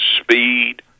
speed